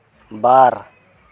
ᱵᱟᱨ